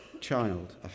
child